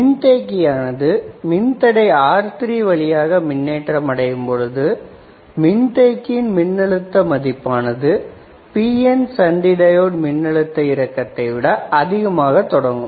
மின்தேக்கியானது மின்தடை R3 வழியாக மின்னேற்றம் அடையும் பொழுது மின்தேக்கியின் மின்னழுத்த மதிப்பானது PN சந்தி டையோடு மின்னழுத்த இறக்கத்தை விட அதிகமாக தொடங்கும்